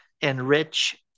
enrich